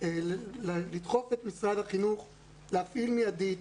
לדחוף את משרד החינוך להפעיל מיידית,